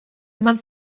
eman